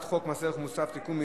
חוק מס ערך מוסף (תיקון,